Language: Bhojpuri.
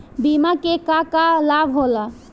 बिमा के का का लाभ होला?